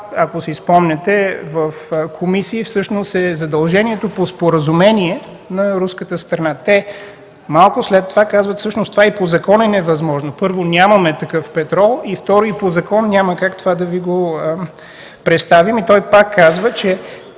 ако си спомняте, в комисии всъщност е задължението по споразумение на руската страна. Те малко след това казват: „Всъщност това и по закон е невъзможно. Първо, нямаме такъв петрол. И второ, и по закон няма как това да ви го представим.” И той пак казва –